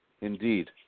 Indeed